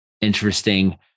interesting